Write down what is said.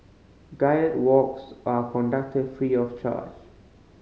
guided walks are conducted free of charge